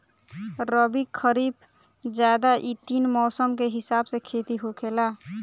रबी, खरीफ, जायद इ तीन मौसम के हिसाब से खेती होखेला